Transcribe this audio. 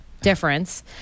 difference